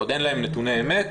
עוד אין להם נתוני אמת,